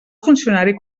funcionari